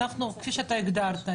אנחנו כפי שאתה הגדרת,